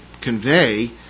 convey